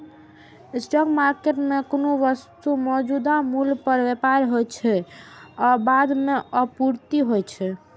spot market मे कोनो वस्तुक मौजूदा मूल्य पर व्यापार होइ छै आ बाद मे आपूर्ति होइ छै